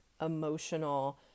emotional